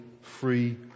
free